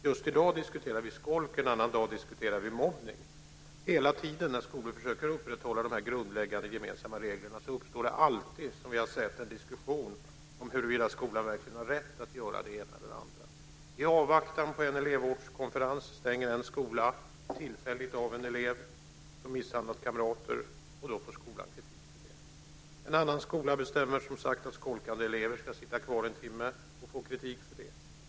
Just i dag diskuterar vi skolk, en annan dag diskuterar vi mobbning. När skolor försöker att upprätthålla de grundläggande gemensamma reglerna uppstår det alltid, som vi har märkt, en diskussion om huruvida skolan verkligen har rätt att göra det ena eller det andra. I avvaktan på en elevvårdskonferens stänger en skola tillfälligt av en elev som misshandlat kamrater, och då får skolan kritik för det. En annan skola bestämmer som sagt att skolkande elever ska sitta kvar en timme och får kritik för det.